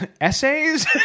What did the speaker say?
essays